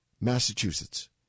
Massachusetts